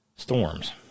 storms